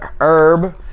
herb